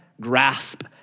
grasp